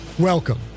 Welcome